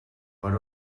per